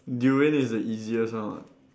durian is the easiest one [what]